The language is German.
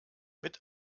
mit